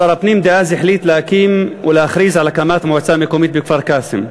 שר הפנים דאז החליט להקים ולהכריז על הקמת מועצה מקומית בכפר-קאסם.